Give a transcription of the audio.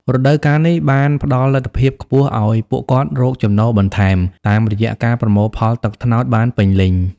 រដូវកាលនេះ បានផ្ដល់លទ្ធភាពខ្ពស់ឱ្យពួកគាត់រកចំណូលបន្ថែម តាមរយៈការប្រមូលផលទឹកត្នោតបានពេញលេញ។